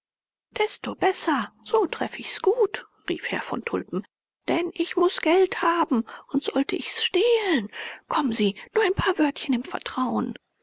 desto besser so treff ich's gut rief herr von tulpen denn ich muß geld haben und sollte ich's stehlen kommen sie nur ein paar wörtchen im vertrauen